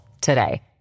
today